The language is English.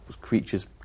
creatures